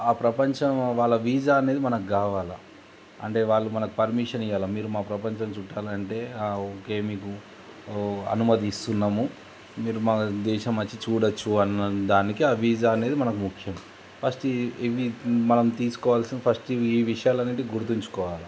ఆ ప్రపంచం వాళ్ళ వీజా అనేది మనకు కావాలి అంటే వాళ్ళు మనకు పర్మిషన్ ఇవాళ మీరు మా ప్రపంచం చుట్టాలి అంటే ఓకే మీకు అనుమతి ఇస్తున్నాము మీరు మా దేశం వచ్చి చూడవచ్చు అ దానికి ఆ వీజా అనేది మనకు ముఖ్యం ఫస్ట్ ఇవి మనం తీసుకోవాల్సిన ఫస్ట్ ఇవి ఈ విషయాలు అనేవి గుర్తుంచుకోవాలి